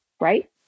right